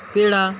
peda